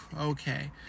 okay